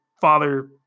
father